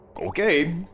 okay